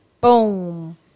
Boom